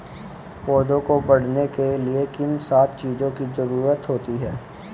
पौधों को बढ़ने के लिए किन सात चीजों की जरूरत होती है?